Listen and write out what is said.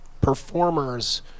performers